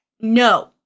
No